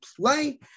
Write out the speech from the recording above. play